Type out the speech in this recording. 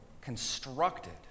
constructed